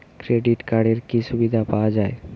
Credit কার্ডের কি কি সুবিধা পাওয়া যায়?